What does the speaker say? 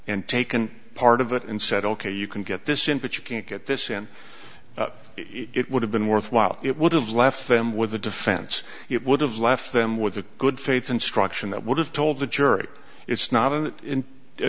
and taken part of it and said ok you can get this in but you can't get this and it would have been worthwhile it would have left them with the defense it would have left them with a good faith instruction that would have told the jury it's not a